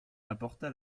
apporta